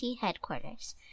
headquarters